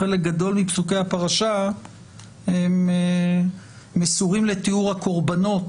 חלק גדול מפסוקי הפרשה מסורים לתיאור הקורבנות